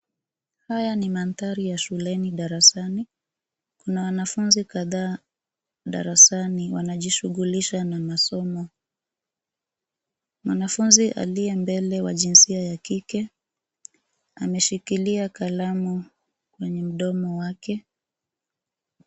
Haya ni manthari ya shuleni darasani, kuna wanafunzi kadhaa darasani wanajishughulisha na masomo. Mwanafunzi aliye mbele wa jinsia ya kike, ameshikilia kalamu kwenye mdomo wake.